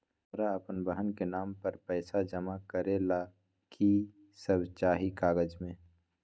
हमरा अपन बहन के नाम पर पैसा जमा करे ला कि सब चाहि कागज मे?